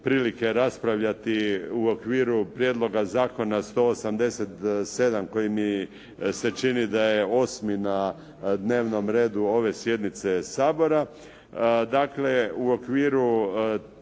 prilike raspravljati u okviru prijedloga zakona 187 koji mi se čini da je osmi na dnevnom redu ove sjednice Sabora.